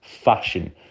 fashion